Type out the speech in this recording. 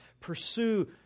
pursue